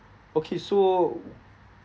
okay so